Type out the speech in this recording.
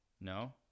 No